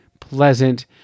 Pleasant